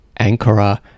Ankara